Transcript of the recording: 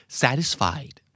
satisfied